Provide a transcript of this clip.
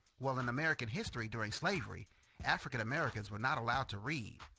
well in american history during slavery african americans were not allowed to read.